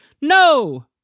No